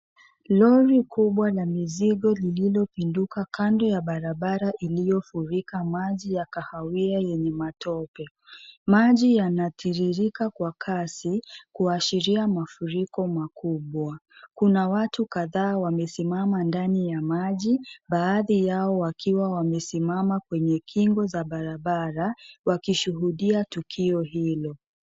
Lori kubwa la mizigo liliopundika kando ya barabara iliyofurika maji ya kahawia yenye matope. Maji yanatiririka kwa kasi kuashiria mafuriko makubwa. Kuna watu kadhaa wamesimama ndani ya maji baadhi yao wakiwa wamesimama kwenye kingo za barabara wakishuhudia tukio hilo.